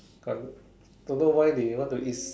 got don't know why they want to eat